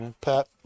Pat